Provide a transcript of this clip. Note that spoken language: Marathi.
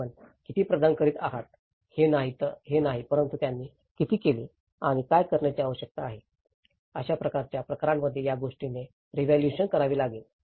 आपण किती प्रदान करीत आहात हे नाही परंतु त्यांनी किती केले आणि काय करण्याची आवश्यकता आहे अशा प्रकारच्या प्रकरणांमध्ये या गोष्टीचे रिव्हॅल्युएशन करावे लागेल